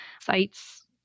sites